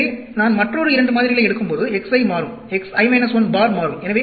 எனவே நான் மற்றொரு 2 மாதிரிகளை எடுக்கும்போது x i மாறும் x i 1 பார் மாறும்